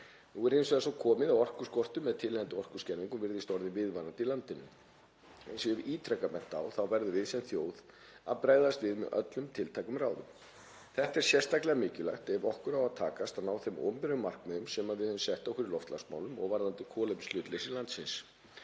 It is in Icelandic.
Nú er hins vegar svo komið að orkuskortur með tilheyrandi orkuskerðingu virðist orðinn viðvarandi í landinu. Eins og ég hef ítrekað bent á þá verðum við sem þjóð að bregðast við með öllum tiltækum ráðum. Þetta er sérstaklega mikilvægt ef okkur á að takast að ná þeim opinberu markmiðum sem við höfum sett okkur í loftslagsmálum og varðandi kolefnishlutleysi landsins.